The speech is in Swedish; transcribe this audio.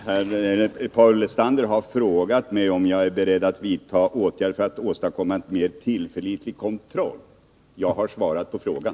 Herr talman! Paul Lestander har frågat mig om jag är beredd att vidta åtgärder för att åstadkomma en mer tillförlitlig kontroll. Jag har svarat på frågan.